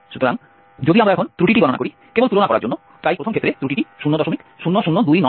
সুতরাং যদি আমরা এখন ত্রুটিটি গণনা করি কেবল তুলনা করার জন্য তাই প্রথম ক্ষেত্রে ত্রুটিটি 000292